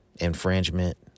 infringement